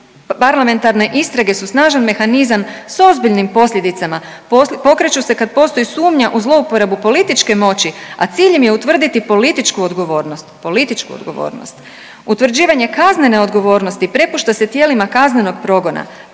parlamentarne istrage su snažan mehanizam s ozbiljnim posljedicama. Pokreću se kad postoji sumnja u zlouporabu političke moći, a cilj im je utvrditi političku odgovornost. Političku odgovornost. Utvrđivanje kaznene odgovornosti prepušta se tijelima kaznenog progona,